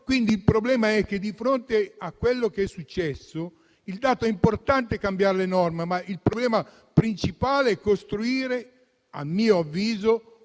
Quindi, di fronte a quello che è successo, il dato importante è cambiare le norme, ma il problema principale è costruire - a mio avviso